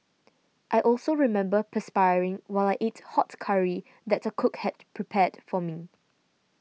I also remember perspiring while I ate hot curry that a cook had prepared for me